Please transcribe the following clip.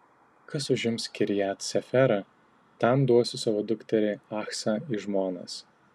kas užims kirjat seferą tam duosiu savo dukterį achsą į žmonas